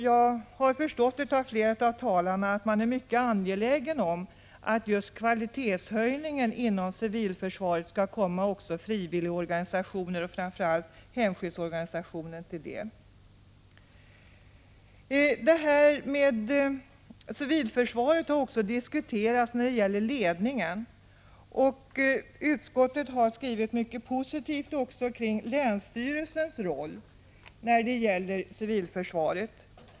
Jag har förstått av flera av talarna att man är mycket angelägen om att kvalitetshöjningen inom civilförsvaret också skall komma frivilligorganisationer och framför allt hemskyddsorganisationen till del. Civilförsvarets ledning har också diskuterats. Utskottet har skrivit mycket positivt om länsstyrelsens roll för civilförsvaret.